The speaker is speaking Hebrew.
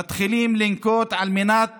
מתחילים לנקוט על מנת